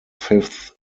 fifth